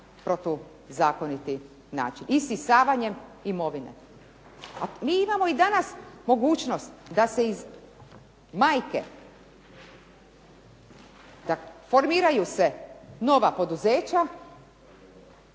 protuzakoniti način, isisavanje imovine. MI imamo danas mogućnost da se iz majke, da formiraju se nova poduzeća,